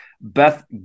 Beth